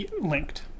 linked